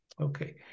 okay